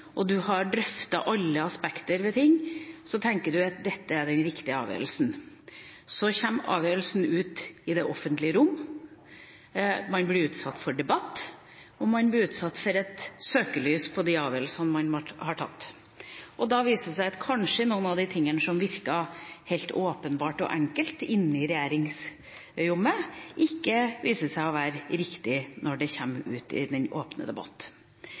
og drøftet alle aspekter ved ting, tenker man at «dette er den riktige avgjørelsen». Så kommer avgjørelsen ut i det offentlige rom. Man blir utsatt for debatt, og man blir utsatt for et søkelys på de avgjørelsene man har tatt. Da viser det seg kanskje at noen av de tingene som virket helt åpenbare og enkle inne i regjeringsrommet, ikke er riktige når de kommer ut i den åpne